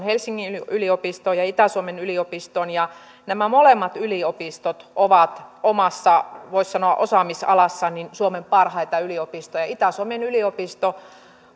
helsingin yliopistoon ja itä suomen yliopistoon nämä molemmat yliopistot ovat omassa voisi sanoa osaamisalassaan suomen parhaita yliopistoja itä suomen yliopisto